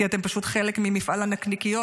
כי אתם פשוט חלק ממפעל הנקניקיות,